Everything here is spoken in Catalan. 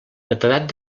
netedat